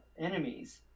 enemies